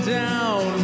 down